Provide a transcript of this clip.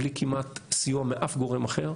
בלי כמעט סיוע מאף גורם אחר,